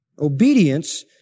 Obedience